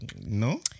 No